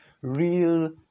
real